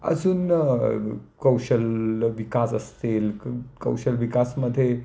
अजून कौशल्य विकास असतील कौशल्य विकासामध्ये